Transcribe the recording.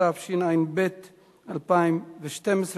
התשע"ב 2012,